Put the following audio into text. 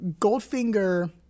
Goldfinger